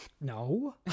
no